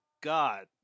God